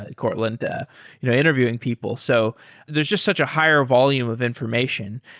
ah courland, but you know interviewing people. so there's just such a higher volume of information.